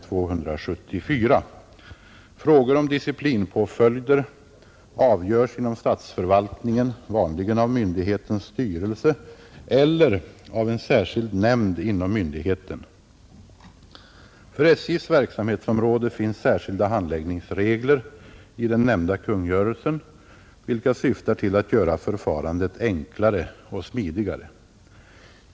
Frågor om disciplinpåföljder avgörs inom statsförvaltningen vanligen av myndighetens styrelse eller av en särskild nämnd inom myndigheten. För SJ:s verksamhetsområde finns särskilda handläggningsregler i den nämnda kungörelsen, vilka syftar till att göra förfarandet enklare och smidigare.